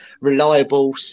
reliable